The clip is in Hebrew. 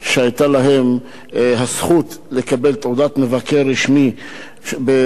שהיתה להם הזכות לקבל תעודת מבקר רשמי בבתי-הסוהר.